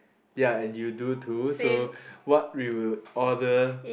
ya and you do too so what we would order